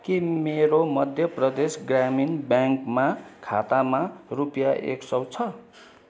के मेरो मध्य प्रदेश ग्रामीण ब्याङ्कमा खातामा रुपियाँ एक सौ छ